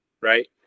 Right